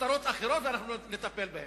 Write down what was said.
כותרות אחרות ואנחנו נטפל בהן,